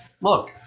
look